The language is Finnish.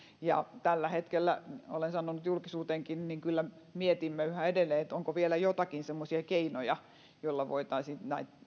ja tällä hetkellä olen sanonut julkisuuteenkin kyllä mietimme yhä edelleen onko vielä joitakin semmoisia keinoja joilla voitaisiin